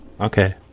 Okay